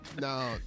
no